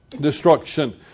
destruction